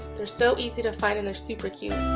they're so easy to find and they're super cute.